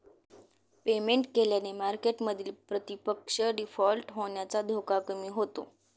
payment केल्याने मार्केटमधील प्रतिपक्ष डिफॉल्ट होण्याचा धोका कमी होतो